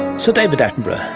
so david attenborough,